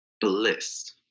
bliss